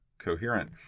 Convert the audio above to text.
coherent